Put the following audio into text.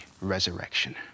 resurrection